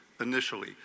initially